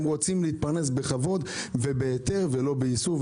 הם רוצים להתפרנס בכבוד, ובהיתר, ולא באיסור.